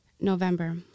November